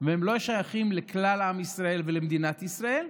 וזה לא שייך לכלל עם ישראל ולמדינת ישראל,